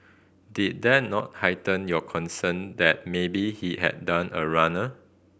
did that not heighten your concern that maybe he had done a runner